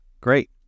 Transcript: Great